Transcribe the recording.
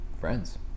friends